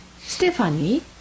Stephanie